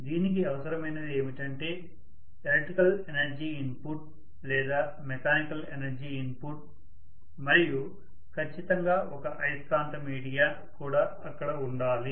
దీనికి అవసరమైనది ఏమిటంటే ఎలక్ట్రికల్ ఎనర్జీ ఇన్పుట్ లేదా మెకానికల్ ఎనర్జీ ఇన్పుట్ మరియు ఖచ్చితంగా ఒక అయస్కాంత మీడియా కూడా అక్కడ ఉండాలి